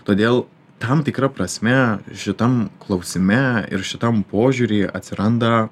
todėl tam tikra prasme šitam klausime ir šitam požiūry atsiranda